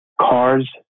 cars